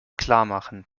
klarmachen